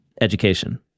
education